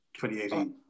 2018